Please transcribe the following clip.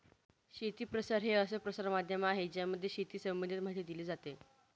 शेती प्रसार हे असं प्रसार माध्यम आहे ज्यामध्ये शेती संबंधित माहिती दिली जाते